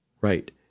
right